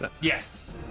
Yes